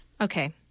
okay